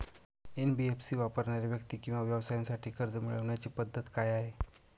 NBFC वापरणाऱ्या व्यक्ती किंवा व्यवसायांसाठी कर्ज मिळविण्याची पद्धत काय आहे?